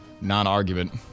non-argument